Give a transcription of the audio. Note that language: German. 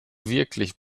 wirklich